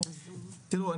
תראו,